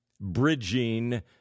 bridging